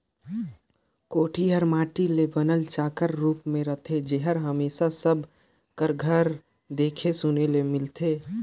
कोठी हर माटी ले बनल चाकर रूप मे रहथे जेहर हमेसा सब कर घरे देखे सुने ले मिलथे